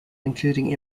including